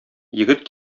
егет